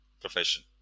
profession